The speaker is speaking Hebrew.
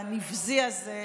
הנבזי הזה,